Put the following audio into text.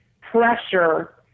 pressure